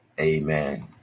Amen